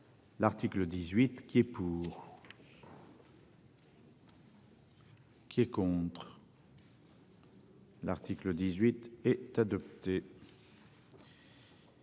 L'article 18 qui est pour. Qui est contre. L'article 18 est adopté.